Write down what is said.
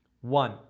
One